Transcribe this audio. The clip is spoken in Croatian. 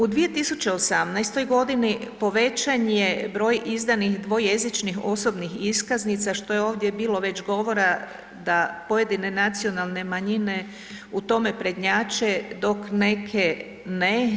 U 2018.g. povećan je broj izdanih dvojezičnih osobnih iskaznica, što je ovdje bilo već govora da pojedine nacionalne manjine u tome prednjače dok neke ne.